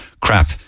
crap